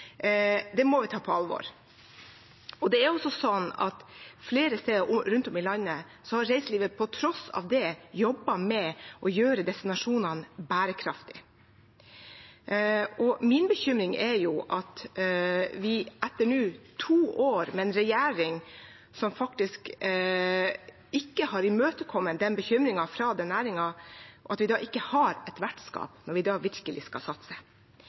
må vi ta på alvor. Flere steder rundt om i landet har reiselivet på tross av det jobbet med å gjøre destinasjonene bærekraftige. Min bekymring er at vi nå, etter to med en regjering som ikke har imøtekommet bekymringen fra den næringen, ikke har et vertskap når vi virkelig skal satse.